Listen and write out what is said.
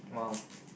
!wow!